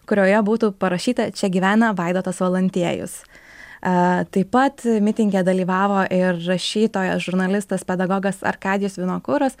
kurioje būtų parašyta čia gyvena vaidotas valantiejus a taip pat mitinge dalyvavo ir rašytojas žurnalistas pedagogas arkadijus vinokuras